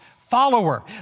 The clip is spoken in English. follower